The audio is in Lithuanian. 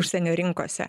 užsienio rinkose